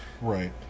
Right